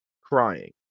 crying